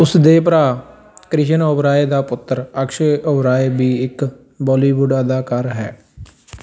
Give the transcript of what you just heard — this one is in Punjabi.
ਉਸ ਦੇ ਭਰਾ ਕ੍ਰਿਸ਼ਨ ਓਬਰਾਏ ਦਾ ਪੁੱਤਰ ਅਕਸ਼ੇ ਓਬਰਾਏ ਵੀ ਇੱਕ ਬੌਲੀਵੁੱਡ ਅਦਾਕਾਰ ਹੈ